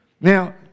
Now